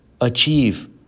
achieve